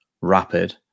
rapid